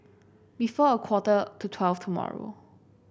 before a quarter to twelve tomorrow